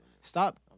stop